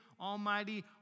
almighty